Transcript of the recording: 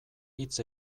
hitz